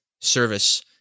service